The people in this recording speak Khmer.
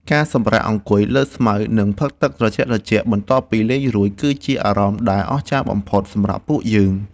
ការសម្រាកអង្គុយលើស្មៅ និងផឹកទឹកត្រជាក់ៗបន្ទាប់ពីលេងរួច គឺជាអារម្មណ៍ដែលអស្ចារ្យបំផុតសម្រាប់ពួកយើង។